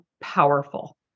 powerful